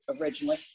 originally